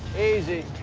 easy.